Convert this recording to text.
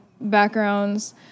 backgrounds